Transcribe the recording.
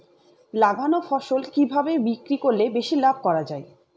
লাগানো ফসল কিভাবে বিক্রি করলে বেশি লাভ করা যায়?